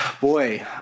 Boy